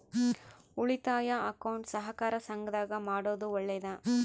ಉಳಿತಾಯ ಅಕೌಂಟ್ ಸಹಕಾರ ಸಂಘದಾಗ ಮಾಡೋದು ಒಳ್ಳೇದಾ?